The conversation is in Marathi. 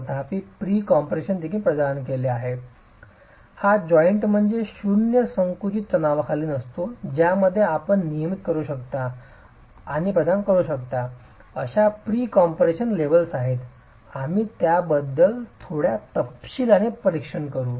तथापि प्री कॉम्प्रेशन देखील प्रदान केले आहे हा जॉइंट म्हणजे शून्य संकुचित तणावाखाली नसतो ज्यामध्ये आपण नियमित करू शकता आणि प्रदान करू शकता अशा प्री कॉम्प्रेशन लेव्हल्स आहेत आम्ही त्याबद्दल थोड्या तपशिलने परीक्षण करू